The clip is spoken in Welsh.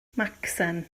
macsen